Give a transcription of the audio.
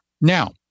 Now